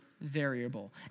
variable